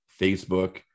Facebook